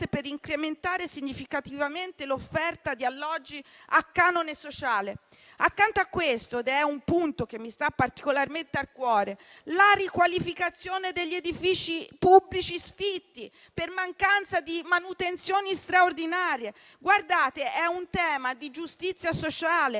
per incrementare significativamente l'offerta di alloggi a canone sociale. Accanto a questo - è un punto che mi sta particolarmente a cuore - c'è la riqualificazione degli edifici pubblici sfitti per mancanza di manutenzioni straordinarie. È un tema di giustizia sociale: